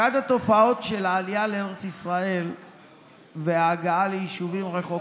אחת התופעות של העלייה לארץ ישראל וההגעה ליישובים רחוקים,